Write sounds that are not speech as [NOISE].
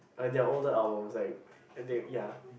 like their older albums like [NOISE] ya